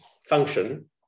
function